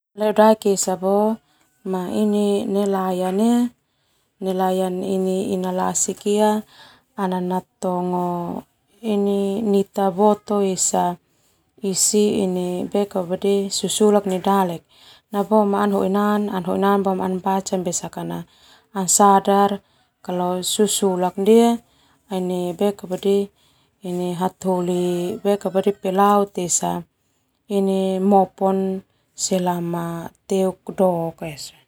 Ledodaek esa boema ini nelayan ina lasik ia natongo nita boto esa isi susulak nai dalek ana baca boema ana sadar susulak ndia ini hataholi pelaut esa mopon dok ia so.